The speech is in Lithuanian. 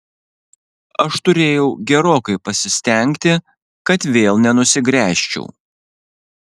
aš turėjau gerokai pasistengti kad vėl nenusigręžčiau